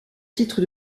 titre